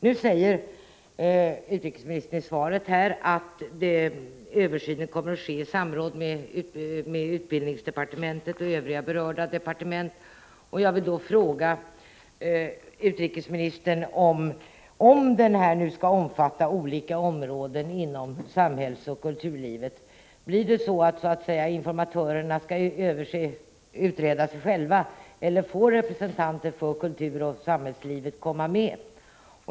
Nu säger utrikesministern i svaret att översynen kommer att ske i samråd med utbildningsdepartementet och övriga berörda departement. Om översynen kommer att omfatta olika områden inom samhällsoch kulturlivet vill jag fråga utrikesministern: Blir det då så, att informatörerna skall utreda beträffande sig själva, eller får representanter för samhällsoch kulturliv vara med?